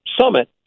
summit